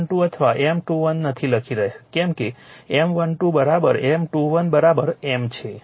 આપણે M12 અથવા M21 નથી લખી રહ્યા કેમ કે M12 M21 M છે